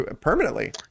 permanently